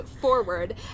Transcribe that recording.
forward